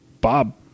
Bob